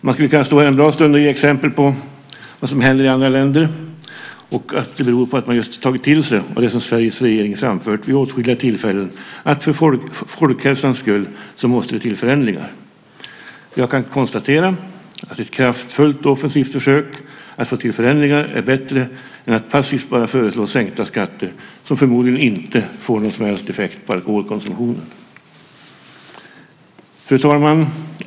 Man skulle kunna stå här en bra stund och ge fler exempel på vad som händer i andra länder och att det just beror på att man där har tagit till sig det som Sveriges regering framfört vid åtskilliga tillfällen, att för folkhälsans skull måste det till förändringar. Jag kan konstatera att ett kraftfullt och aktivt försök att få till förändringar är bättre än att passivt bara föreslå sänkta skatter, som förmodligen inte kommer att få någon som helst effekt på alkoholkonsumtionen. Fru talman!